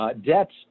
Debts